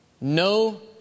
No